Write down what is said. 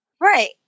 Right